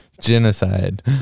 Genocide